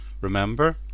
Remember